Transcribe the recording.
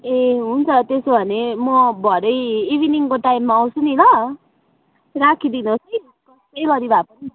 ए हुन्छ त्यसो भने म भरै इभिनिङको टाइममा आउँछु नि ल राखिदिनुहोस् है कसै गरी भए पनि